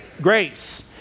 Grace